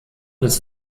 des